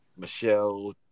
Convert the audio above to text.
Michelle